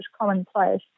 commonplace